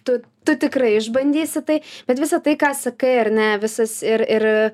tu tu tikrai išbandysi tai bet visa tai ką sakai ar ne visas ir ir